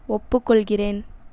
ஒப்புக்கொள்கிறேன்